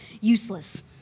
useless